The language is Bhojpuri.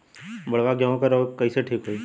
बड गेहूँवा गेहूँवा क रोग कईसे ठीक होई?